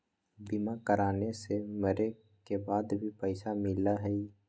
बीमा कराने से मरे के बाद भी पईसा मिलहई?